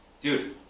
Dude